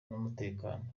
n’umutekano